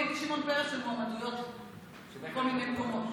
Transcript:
הייתי שמעון פרס של מועמדויות בכל מיני מקומות,